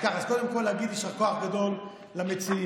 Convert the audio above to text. אז קודם כול נגיד: יישר כוח גדול למציעים.